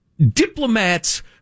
diplomats